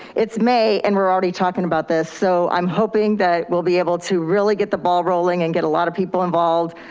it's may and we're already talking about this. so i'm hoping that we'll be able to really get the ball rolling and get a lot of people involved.